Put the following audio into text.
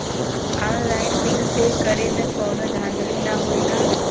Online bill pay करे में कौनो धांधली ना होई ना?